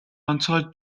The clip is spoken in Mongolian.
онцгой